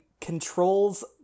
controls